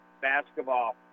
basketball